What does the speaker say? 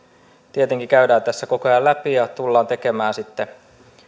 tietenkin käydään tässä koko ajan läpi ja tullaan tekemään sitten